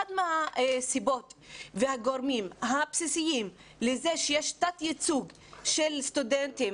אחת הסיבות ואחד הגורמים הבסיסיים לזה שיש תת ייצוג של סטודנטים,